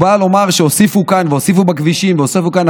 הוא בא לומר שהוסיפו כאן והוסיפו בכבישים והוסיפו כאן,